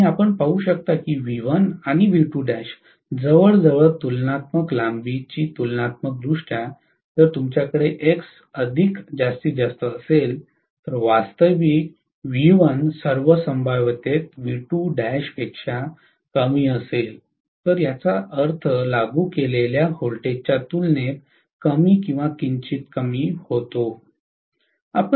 आणि आपण पाहू शकता की V1 आणि जवळजवळ तुलनात्मक लांबीची तुलनात्मकदृष्ट्या जर तुमच्याकडे x अधिक जास्तीत जास्त असेल तर वास्तविक V1 सर्व संभाव्यतेत पेक्षा कमी असेल तर याचा अर्थ लागू केलेल्या व्होल्टेजच्या तुलनेत कमी किंवा किंचित कमी होते